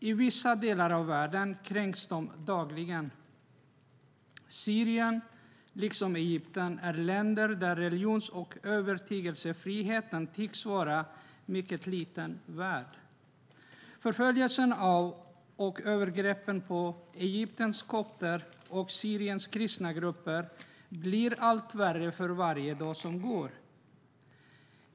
I vissa delar av världen kränks de dagligen. Syrien liksom Egypten är länder där religions och övertygelsefriheten tycks vara mycket lite värd. Förföljelsen av och övergreppen på Egyptens kopter och Syriens kristna grupper blir allt värre för varje dag som går.